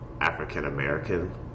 African-American